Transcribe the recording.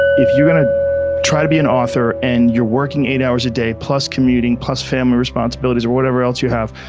if you're gonna try to be an author, and you're working eight hours a day, plus commuting, plus family responsibilities or whatever else you have,